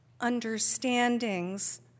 understandings